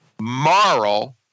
moral